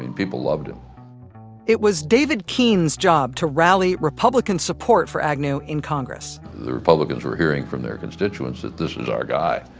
people loved him it was david keene's job to rally republican support for agnew in congress the republicans were hearing from their constituents that this is our guy!